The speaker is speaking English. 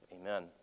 Amen